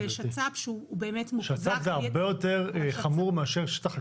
זה שצ"פ שהוא מוחזק --- שצ"פ זה הרבה יותר חמור מאשר שטח חקלאי.